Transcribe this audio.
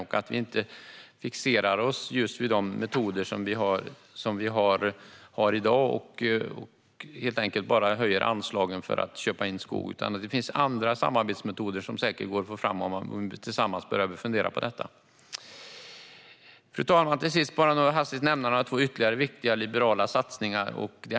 Vi ska inte fixera oss vid just de metoder som vi har i dag och bara höja anslagen för att köpa in skog. Det finns andra samarbetsmetoder som säkert går att få fram om vi tillsammans börjar fundera på det. Fru talman! Jag ska till sist nämna ytterligare två viktiga liberala satsningar.